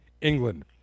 England